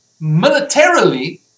militarily